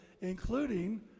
including